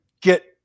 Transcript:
get